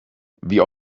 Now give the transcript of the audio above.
wie